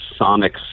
sonics